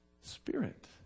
Spirit